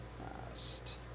Last